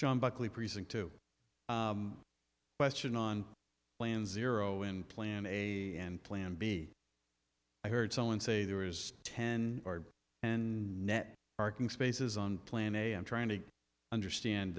john buckley present to question on plan zero and plan a and plan b i heard someone say there is ten and net parking spaces on plan a i'm trying to understand